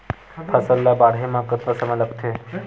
फसल ला बाढ़े मा कतना समय लगथे?